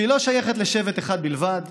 שלא שייכת לשבט אחד בלבד,